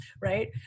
Right